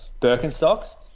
Birkenstocks